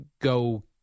go